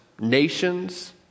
nations